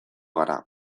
gara